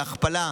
בהכפלה,